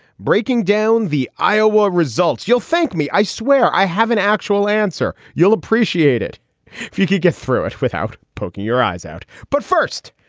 breaking down the iowa results you'll thank me. i swear i have an actual answer. you'll appreciate it if you could get through it without poking your eyes out. but first,